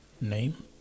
name